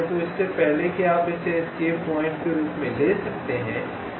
तो इससे पहले कि आप इसे एक एस्केप पॉइंट के रूप में ले सकते हैं